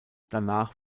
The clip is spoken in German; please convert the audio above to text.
danach